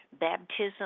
Baptism